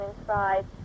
inside